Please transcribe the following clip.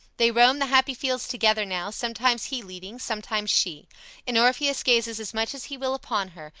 they roam the happy fields together now, sometimes he leading, sometimes she and orpheus gazes as much as he will upon her,